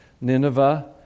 Nineveh